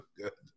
good